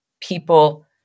people